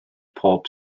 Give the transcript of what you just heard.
pob